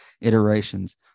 iterations